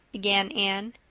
began anne.